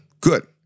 Good